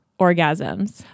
orgasms